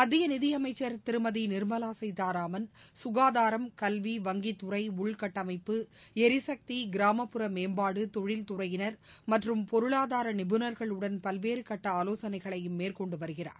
மத்தியநிதியமைச்சர் திருமதிநிர்மலாசீதாராமன் சுகாதாரம் கல்வி வங்கித்துறை உள்கட்டமைப்பு எரிசக்தி கிராமப்புற மேம்பாடு தொழில் மற்றும் பொருளாதாரநிபுணர்களுடன் துறையினர் பல்வேறுகட்ட ஆலோசனைகளையும் மேற்கொண்டுவருகிறார்